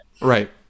Right